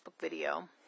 video